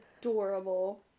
adorable